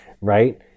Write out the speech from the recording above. right